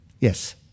Yes